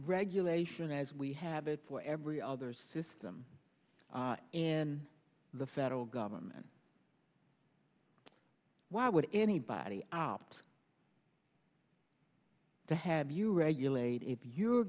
regulation as we have it for every other system in the federal government why would anybody out to have you regulate it you're